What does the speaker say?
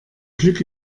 glück